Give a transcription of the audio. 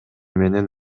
менен